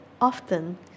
often